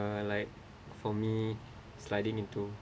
like for me sliding into